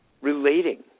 relating